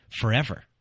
forever